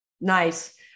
Nice